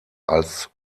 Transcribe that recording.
als